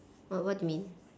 what do you mean